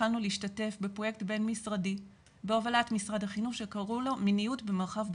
התחלנו להשתתף בפרויקט בין משרדי שקראו "מיניות במרחב בטווח".